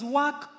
work